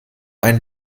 einen